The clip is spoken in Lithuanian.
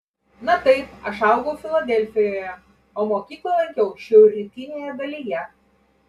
na taip aš augau filadelfijoje o mokyklą lankiau šiaurrytinėje dalyje